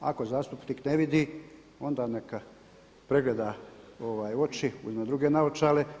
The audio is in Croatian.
Ako zastupnik ne vidi, onda neka pregleda oči, uzme druge naočale.